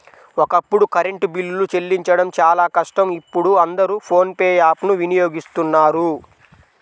ఒకప్పుడు కరెంటు బిల్లులు చెల్లించడం చాలా కష్టం ఇప్పుడు అందరూ ఫోన్ పే యాప్ ను వినియోగిస్తున్నారు